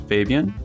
Fabian